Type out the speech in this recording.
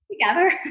together